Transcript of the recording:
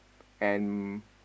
and